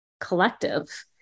collective